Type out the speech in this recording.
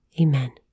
Amen